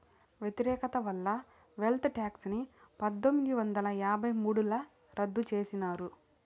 వ్యతిరేకత వల్ల wealth tax ని పందొమ్మిది వందల యాభై మూడుల రద్దు చేసినారు